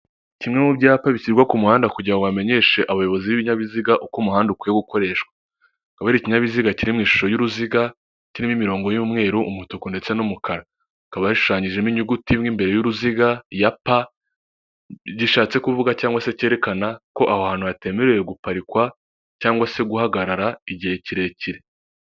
kimwe mu byapa bishyirwa ku muhanda kugira ngo bamenyeshe abayobozi b'ibinyabiziga uko umuhanda ukwiye gukoreshwa akaba ari ikinyabiziga kiri mu ishusho y'uruziga kirimo imirongo y'umweru umutuku ndetse n'umukara hakaba hashushanyijemo inyuguti imwe imbere y'uruziga ya p gishatse kuvuga cyangwa se cyerekana ko aho hantu hatemerewe guparikwa cyangwa se guhagarara igihe kirekire